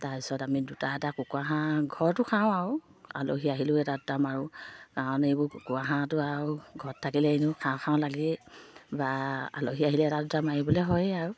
তাৰপিছত আমি দুটা এটা কুকুৰা হাঁহ ঘৰতো খাওঁ আৰু আলহী আহিলেও এটা দুটা মাৰোঁ কাৰণ এইবোৰ কুকুৰা হাঁহটো আৰু ঘৰত থাকিলে এনেও খাওঁ খাওঁ লাগে বা আলহী আহিলে এটা দুটা মাৰিবলৈ হয়েই আৰু